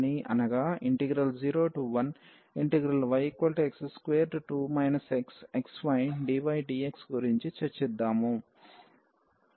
గురించి చర్చిద్దాం